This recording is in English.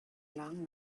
long